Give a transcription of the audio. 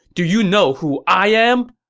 do you know who i am!